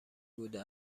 بوده